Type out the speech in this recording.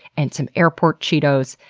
and some airport cheetos,